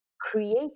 create